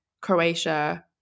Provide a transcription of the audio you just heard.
Croatia